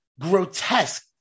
grotesque